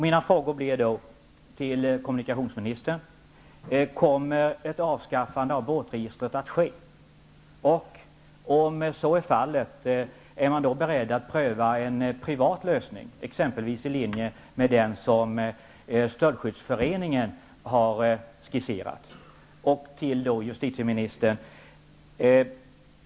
Mina frågor till kommunikationsministern blir då: Kommer ett avskaffande av båtregistret att ske? Om så är fallet, är man då beredd att pröva en privat lösning, t.ex. i linje med den som Stöldskyddsföreningen har skisserat?